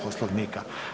Poslovnika.